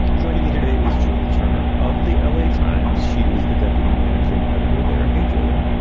joining me today is julia turner of the l a. times. she is the deputy managing editor there. hey, julia